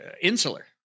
insular